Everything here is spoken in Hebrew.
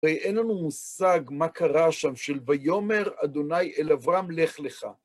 ואין לנו מושג מה קרה שם של ויאמר אדוני אל אברהם - לך לך.